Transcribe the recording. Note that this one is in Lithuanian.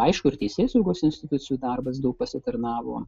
aišku ir teisėsaugos institucijų darbas daug pasitarnavo